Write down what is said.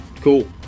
Cool